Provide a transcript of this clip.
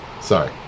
Sorry